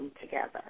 together